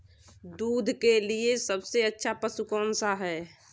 दूध के लिए सबसे अच्छा पशु कौनसा है?